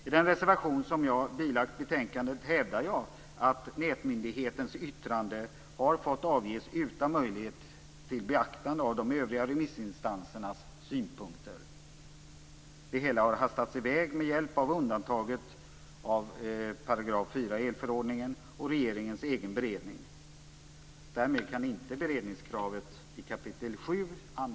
I den reservation jag bilagt betänkandet hävdar jag att nätmyndighetens yttrande har fått avges utan möjlighet till beaktande av de övriga remissinstansernas synpunkter. Det hela har hastats i väg med hjälp av undantaget av 4 § i elförordningen och regeringens egen beredning. Därmed kan inte beredningskravet i Fru talman!